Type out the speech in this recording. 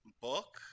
book